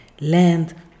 land